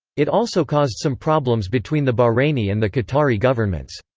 it also caused some problems between the bahraini and the qatari governments.